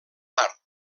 part